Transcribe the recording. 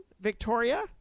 Victoria